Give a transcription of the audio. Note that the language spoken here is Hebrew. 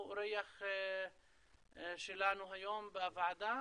שהוא אורח שלנו היום בוועדה,